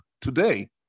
today